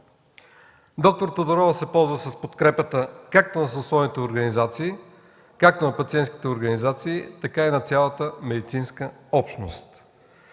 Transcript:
Доктор Тодорова се ползва с подкрепата както на съсловните организации, както на пациентските организации, така и на цялата медицинска общност.